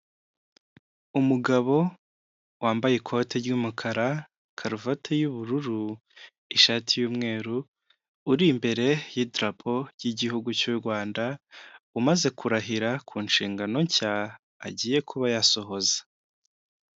Umugabo wambaye ikote ry'umukara, karuvate y'ubururu, ishati y'umweru, uri imbere y'idarapo ry'igihugu cy'u Rwanda, umaze kurahira ku nshingano nshya, agiye kuba yasohoza.